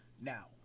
Now